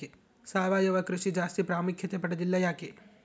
ಸಾವಯವ ಕೃಷಿ ಜಾಸ್ತಿ ಪ್ರಾಮುಖ್ಯತೆ ಪಡೆದಿಲ್ಲ ಯಾಕೆ?